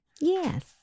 Yes